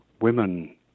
women